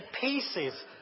pieces